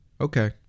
Okay